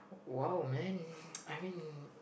!wow! man I mean